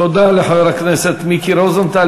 תודה לחבר הכנסת מיקי רוזנטל.